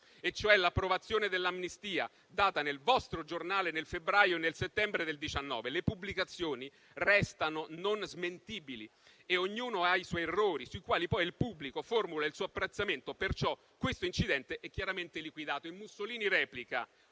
e cioè l'approvazione dell'amnistia, data nel vostro giornale nel febbraio e nel settembre del 1919. Le pubblicazioni restano non smentibili; e ognuno ha i suoi errori, sui quali poi il pubblico formula il suo apprezzamento. Perciò questo incidente è chiaramente liquidato!».